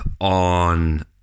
on